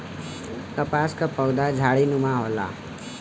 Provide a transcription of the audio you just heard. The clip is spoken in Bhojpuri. कपास क पउधा झाड़ीनुमा होला